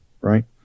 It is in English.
right